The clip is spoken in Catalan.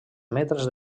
metres